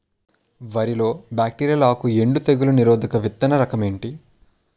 వరి లో బ్యాక్టీరియల్ ఆకు ఎండు తెగులు నిరోధక విత్తన రకం ఏంటి?